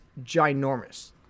ginormous